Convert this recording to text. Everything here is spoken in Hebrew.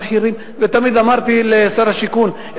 תמיד אמרתי לשר השיכון,